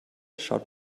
schaut